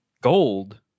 gold